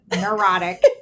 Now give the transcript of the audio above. neurotic